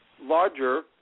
Larger